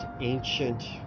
ancient